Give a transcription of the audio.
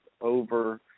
over